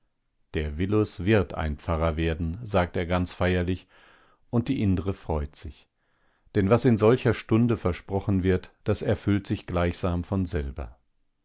der willus wird ein pfarrer werden sagt er ganz feierlich und die indre freut sich denn was in solcher stunde versprochen wird das erfüllt sich gleichsam von selber